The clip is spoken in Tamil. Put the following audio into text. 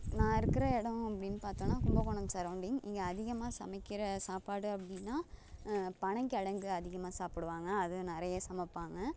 நான் இருக்கிற இடம் அப்படின்னு பார்த்தோனா கும்பகோணம் சரௌண்டிங் இங்கே அதிகமாக சமைக்கிற சாப்பாடு அப்படின்னா பனங்கெழங்கு அதிகமாக சாப்பிடுவாங்க அது நிறைய சமைப்பாங்க